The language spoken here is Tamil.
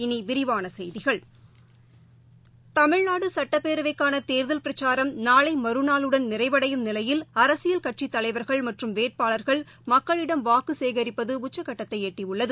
இனிவிரிவானசெய்திகள் தமிழ்நாடுசட்டப்பேரவைக்காளதோதல் பிரச்சாரம் நாளைமறுநாளுடன் நிறைவடையும் நிலையில் அரசியல் கட்சித்தலைவர்கள் மற்றும் வேட்பாளர்கள் மக்களிடம் வாக்குசேகரிப்பதுஉச்சக்கட்டத்தைஎட்டியுள்ளது